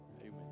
Amen